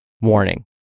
Warning